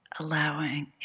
allowing